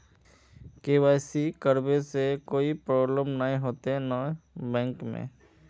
KYC करबे से कोई प्रॉब्लम नय होते न बैंक में?